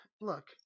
look